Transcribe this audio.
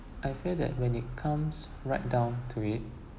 I feel that when it comes right down to it